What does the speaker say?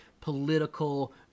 political